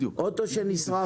רכב שנשרף, מה אתה עושה?